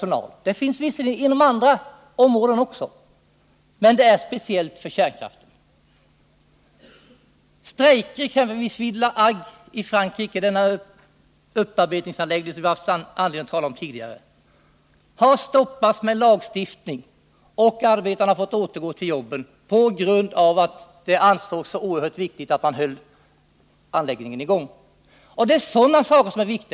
Sådan kontroll finns visserligen inom andra områden också men speciellt i samband med kärnkraften. Strejker exempelvis vid upparbetningsanläggningen La Hague i Frankrike, som vi har haft anledning att tala om tidigare, har stoppats genom lagstiftning. Arbetarna har fått återgå till sina jobb på grund av att det ansågs oerhört viktigt att anläggningen hölls i gång. Det är sådana saker jag tänker på.